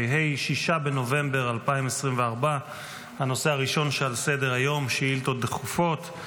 2024. הנושא הראשון שעל סדר-היום הוא שאילתות דחופות.